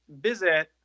visit